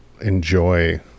enjoy